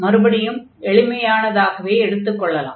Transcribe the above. மறுபடியும் எளிமையானதாகவே எடுத்துக் கொள்ளலாம்